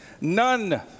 none